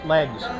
Legs